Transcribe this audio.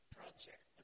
project